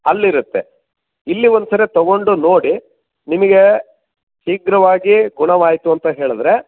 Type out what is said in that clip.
ಅಲ್ಲಿರತ್ತೆ ಇಲ್ಲಿ ಒಂದ್ಸರೆ ತಗೊಂಡು ನೋಡಿ ನಿಮಗೆ ಶೀಘ್ರವಾಗಿ ಗುಣವಾಯಿತು ಅಂತ ಹೇಳಿದರೆ